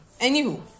Anywho